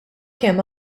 kemm